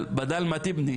מה זאת אומרת?